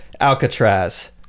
Alcatraz